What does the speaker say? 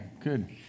Good